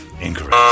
Incorrect